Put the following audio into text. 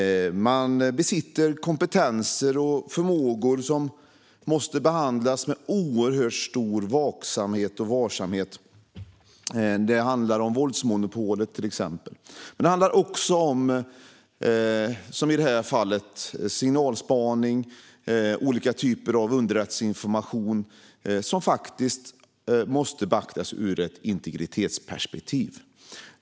Man besitter kompetenser och förmågor som måste behandlas med oerhört stor vaksamhet och varsamhet. Det handlar till exempel om våldsmonopolet. Men det handlar också om, som i det här fallet, signalspaning och olika typer av underrättelseinformation som faktiskt måste beaktas ur ett integritetsperspektiv.